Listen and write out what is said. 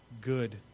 good